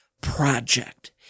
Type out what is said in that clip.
project